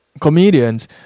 Comedians